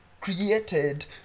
created